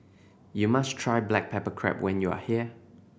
you must try black pepper crab when you are here